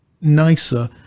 nicer